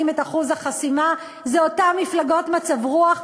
את אחוז החסימה הן אותן מפלגות מצב-רוח,